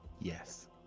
yes